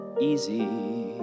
easy